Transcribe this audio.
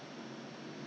and then and